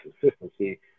consistency